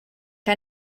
que